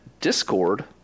discord